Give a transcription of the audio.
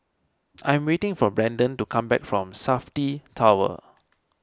I am waiting for Branden to come back from Safti Tower